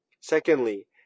Secondly